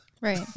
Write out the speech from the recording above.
Right